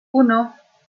uno